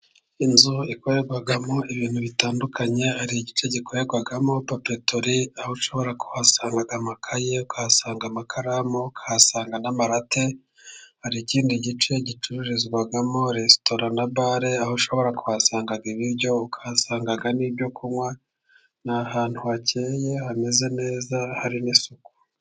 Inzu ikorerwamo ibintu bitandukanye, hari igice gikorerwamo papetori, aho ushobora kuhasanga amakaye, uhasanga amakaramu, uhasanga n' amarati hari ikindi gice gicururizwamo resitora na bare aho ushobora kuhasanga ibiryo uhasanga n' ibyo kunywa n' ahantu hakeye hameze neza hari n' isuku.